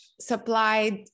supplied